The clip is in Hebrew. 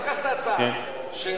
תיקח את ההצעה: בסדר,